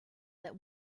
that